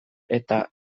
eta